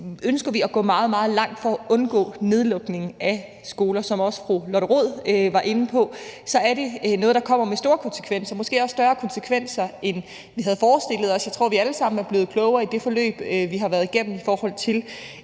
ønsker vi at gå meget, meget langt for at undgå nedlukningen af skoler, og som også fru Lotte Rod var inde på, er det noget, som kommer med store konsekvenser, måske også større konsekvenser, end vi havde forestillet os. Jeg tror, vi alle sammen er blevet klogere i det forløb, vi har været igennem, i forhold til